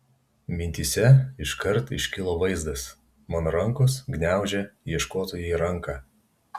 mintyse iškart iškilo vaizdas mano rankos gniaužia ieškotojai ranką